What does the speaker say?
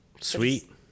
Sweet